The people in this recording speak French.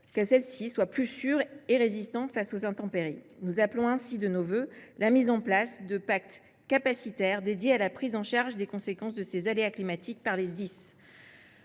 que celles ci soient plus sûres et résistantes face aux intempéries. Nous appelons ainsi de nos vœux la mise en place de pactes capacitaires dédiés à la prise en charge des conséquences de ces aléas climatiques par les Sdis.